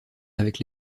avec